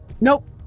nope